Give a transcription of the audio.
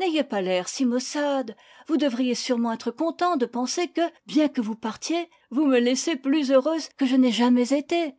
n'ayez pas l'air si maussade vous devriez sûrement être content de penser que bien que vous partiez vous me laissez plus heureuse que je n'ai jamais été